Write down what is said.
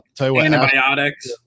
antibiotics